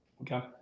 Okay